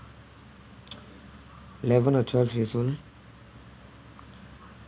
eleven or twelve years old